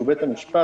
שהוא בית המשפט,